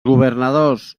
governadors